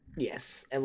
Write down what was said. Yes